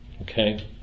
okay